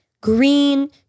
green